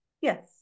Yes